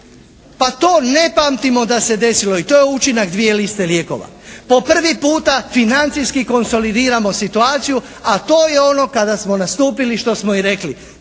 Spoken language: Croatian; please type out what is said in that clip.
Pa to ne pamtimo da se desilo. I to je učinak dvije liste lijekova. Po prvi puta financijski konsolidiramo situaciju a to je ono kada smo nastupili što smo i rekli.